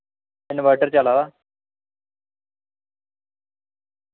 inverter चला दा